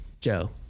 Joe